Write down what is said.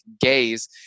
gays